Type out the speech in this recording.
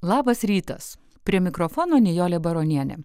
labas rytas prie mikrofono nijolė baronienė